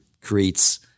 creates